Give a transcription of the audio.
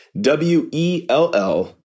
W-E-L-L